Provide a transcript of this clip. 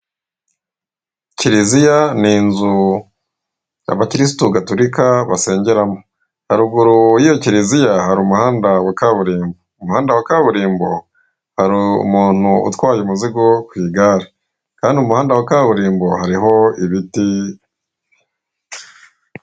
Kiliziya ni inzu abakirisitu gaturika basengeramo haruguru y'iyo kiliziya hari umuhanda wa kaburimbo, ku muhanda wa kaburimbo hari umuntu utwaye umuzigo ku igare kandi umuhanda wa kaburimbo hariho ibiti.